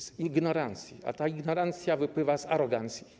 Z ignorancji, a ta ignorancja wypływa z arogancji.